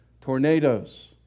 tornadoes